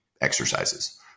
exercises